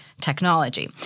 technology